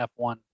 F1